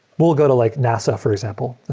will go to like nasa, for example,